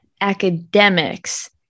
academics